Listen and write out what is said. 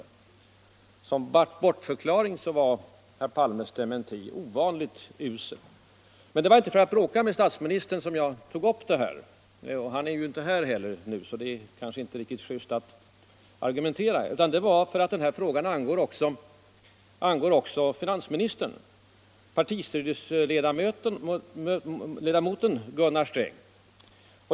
Som bortförklaring var herr Palmes dementi ovanligt usel. Men det var inte för att bråka med herr Palme som jag tog upp detta, han är ju inte här nu så det kanske inte är riktigt juste att argumentera, utan det var för att frågan också angår finansministern; partistyrelseledamoten Gunnar Sträng.